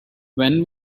when